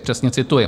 Přesně cituji.